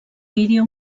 vídeo